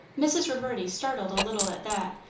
mrs. reverdy startled a little at that,